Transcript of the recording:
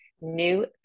new